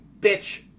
bitch